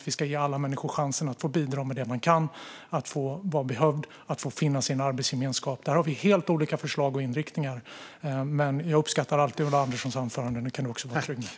Vi ska ge alla människor chansen att bidra med det de kan, att vara behövda och att finnas i en arbetsgemenskap. Där har vi helt olika förslag och inriktningar. Men jag uppskattar alltid Ulla Anderssons anföranden. Det kan Ulla Andersson vara trygg med.